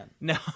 no